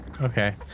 Okay